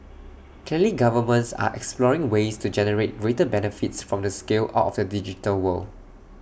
clearly governments are exploring ways to generate greater benefits from the scale out of the digital world